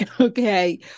okay